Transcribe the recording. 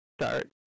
start